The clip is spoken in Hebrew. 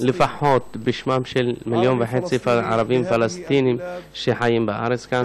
לפחות בשמם של 1.5 מיליון ערבים פלסטינים שחיים בארץ כאן: